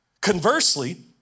Conversely